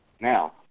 Now